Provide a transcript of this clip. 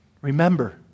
Remember